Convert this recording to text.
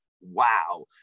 wow